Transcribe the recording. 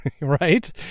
right